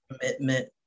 commitment